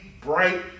bright